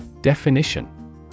Definition